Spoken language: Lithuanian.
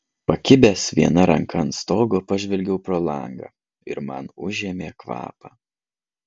pakibęs viena ranka ant stogo pažvelgiau pro langą ir man užėmė kvapą